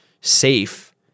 safe